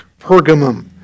Pergamum